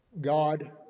God